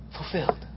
fulfilled